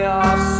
off